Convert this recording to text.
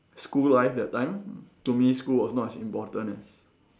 school life that time to me school was not as important as